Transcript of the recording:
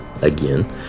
again